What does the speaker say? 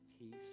peace